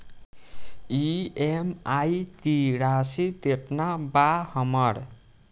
EMI की राशि केतना बा हमर?